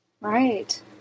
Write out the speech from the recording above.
Right